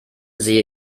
sehe